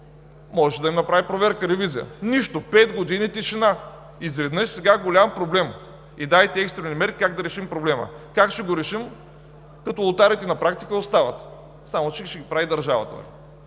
можеше да им направи проверка – ревизия. Нищо! Пет години тишина и сега изведнъж голям проблем, дайте екстрени мерки как да решим проблема. Как ще го решим, когато лотариите на практика остават, само че ще ги прави държавата?